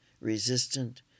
resistant